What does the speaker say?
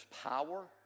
power